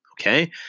Okay